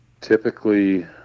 typically